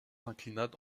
s’inclina